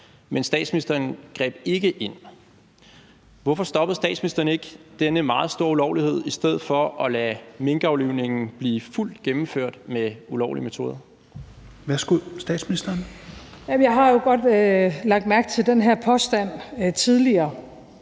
men statsministeren greb ikke ind. Hvorfor stoppede statsministeren ikke denne meget store ulovlighed i stedet for at lade minkaflivningen blive fuldt gennemført med ulovlige metoder? Kl. 22:37 Tredje næstformand